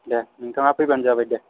दे नोंथाङा फैबानो जाबाय दे